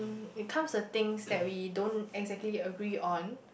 mm it comes to things that we don't exactly agree on